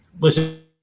Listen